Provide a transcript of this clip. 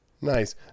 nice